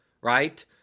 Right